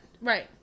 Right